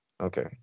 Okay